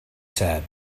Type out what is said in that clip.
said